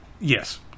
Yes